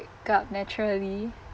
up naturally